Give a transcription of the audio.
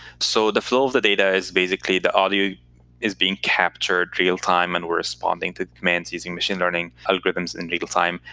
so the flow of the data is basically the audio is being captured real-time, and we're responding to commands using machine learning algorithms in real-time.